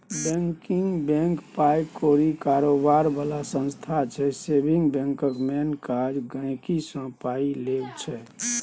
saving bank पाइ कौरी कारोबार बला संस्था छै सेबिंग बैंकक मेन काज गांहिकीसँ पाइ लेब छै